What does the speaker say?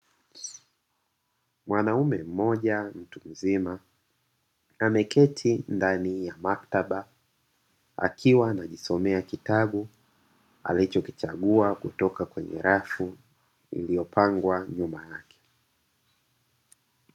Mwanaume mmoja mtu mzima ameketi ndani ya maktaba, akiwa anajisomea kitabu alichokichagua kutoka kwenye rafu iliyopangwa nyuma yake.